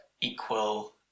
equal